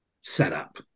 setup